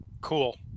Cool